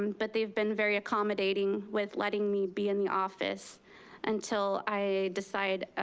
and but they've been very accommodating with letting me be in the office until i decide